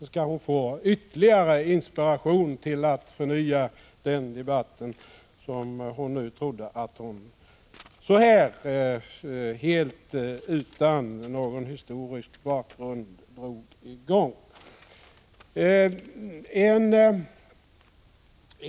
Där kan hon få ytterligare inspiration till att förnya den debatt som hon, helt utan någon historisk bakgrund, trodde att hon drog i gång.